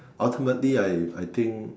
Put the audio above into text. ultimately I I think